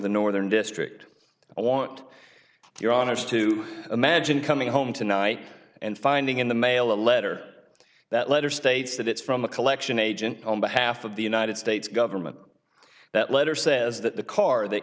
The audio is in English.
the northern district i want your honour's to imagine coming home tonight and finding in the mail a letter that letter states that it's from a collection agent on behalf of the united states government that letter says that the car that